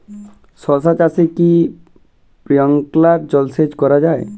শশা চাষে কি স্প্রিঙ্কলার জলসেচ করা যায়?